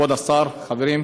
כבוד השר, חברים,